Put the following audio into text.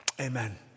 Amen